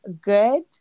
good